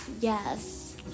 yes